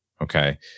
okay